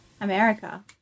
America